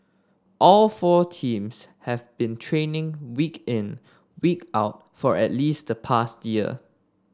all four teams have been training week in week out for at least the past year